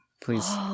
please